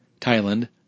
Thailand